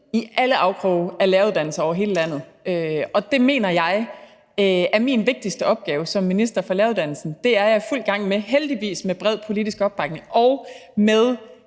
i alle afkroge af læreruddannelser over hele landet. Det mener jeg er min vigtigste opgave som minister for læreruddannelsen. Og det er jeg i fuld gang med, heldigvis med bred politisk opbakning og med